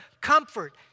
comfort